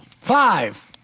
Five